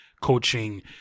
coaching